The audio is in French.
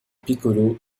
piccolo